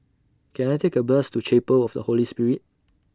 Can I Take A Bus to Chapel of The Holy Spirit